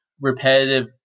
repetitive